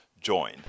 join